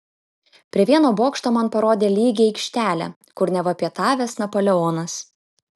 prie vieno bokšto man parodė lygią aikštelę kur neva pietavęs napoleonas